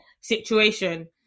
situation